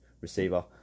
receiver